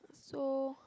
so